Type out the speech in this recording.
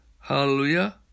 Hallelujah